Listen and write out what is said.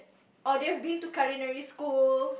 or they have been to culinary school